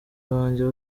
banjye